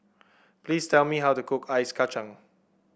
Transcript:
please tell me how to cook Ice Kacang